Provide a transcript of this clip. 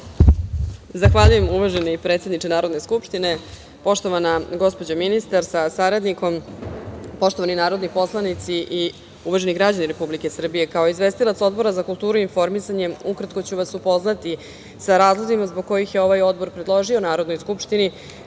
Zahvaljujem, uvaženi predsedniče Narodne skupštine. Poštovana gospođo ministar sa saradnikom, poštovani narodni poslanici i uvaženi građani Republike Srbije, kao izvestilac Odbora za kulturu i informisanje, ukratko ću vas upoznati sa razlozima zbog kojih je ovaj odbor predložio Narodnoj skupštini